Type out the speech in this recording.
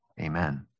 Amen